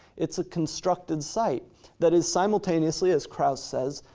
it's a constructed site that is simultaneously, as krauss says,